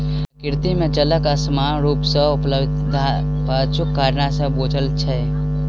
प्रकृति मे जलक असमान रूप सॅ उपलब्धताक पाछूक कारण नै बूझल छै